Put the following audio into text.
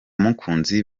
mukunzi